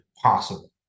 possible